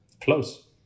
close